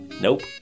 nope